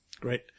Great